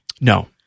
No